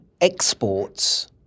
exports